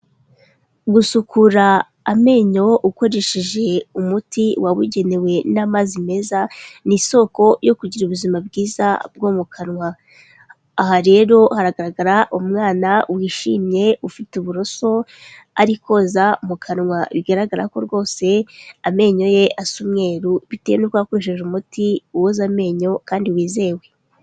Gusukura amenyo ukoresheje umuti wabugenewe n'amazi meza ni isoko yo kugira ubuzima bwiza bwo mu kanwa, aha rero haragaragara umwana wishimye ufite uburoso ari koza mu kanwa, bigaragara ko rwose amenyo ye asa umweru bitewe nuko yakoresheje umuti woza amenyo kandi wizewe.